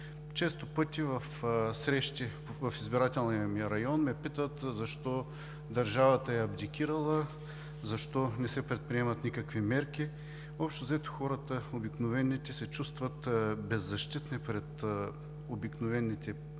Често пъти в срещи в избирателния ми район ме питат: защо държавата е абдикирала, защо не се предприемат никакви мерки? Общо взето хората се чувстват беззащитни пред престъпниците,